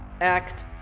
act